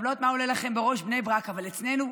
לא יודעת מה מעלה לכם בראש בני ברק אבל אצלנו,